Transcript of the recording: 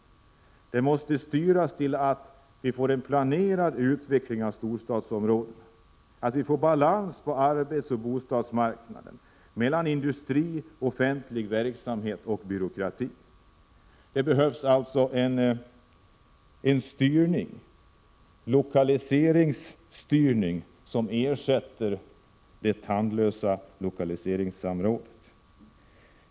Vi måste få en planerad utveckling i storstadsområdena. Det måste bli balans på arbetsmarknaden och bostadsmarknaden, balans mellan industri, offentlig verksamhet och byråkrati. Det behövs alltså en styrning, en lokaliseringsstyrning som ersätter det tandlösa lokaliseringssamrådet.